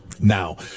Now